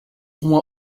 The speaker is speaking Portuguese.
uma